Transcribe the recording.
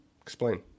Explain